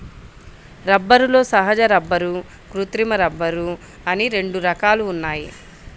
రబ్బరులో సహజ రబ్బరు, కృత్రిమ రబ్బరు అని రెండు రకాలు ఉన్నాయి